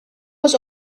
was